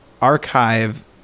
archive